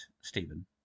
Stephen